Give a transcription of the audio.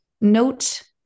note